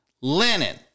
lennon